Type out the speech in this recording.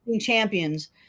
champions